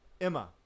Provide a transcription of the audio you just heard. Emma